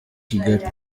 kigali